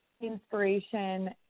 inspiration